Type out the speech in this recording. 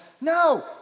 no